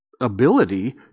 ability